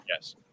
yes